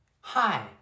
Hi